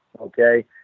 Okay